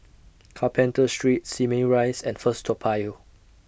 Carpenter Street Simei Rise and First Toa Payoh